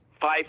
Five